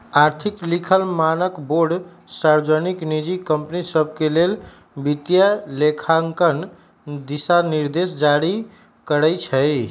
आर्थिक लिखल मानकबोर्ड सार्वजनिक, निजी कंपनि सभके लेल वित्तलेखांकन दिशानिर्देश जारी करइ छै